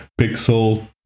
pixel